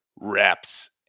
reps